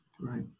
right